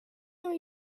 och